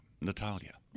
Natalia